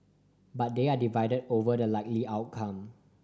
but they are divided over the likely outcome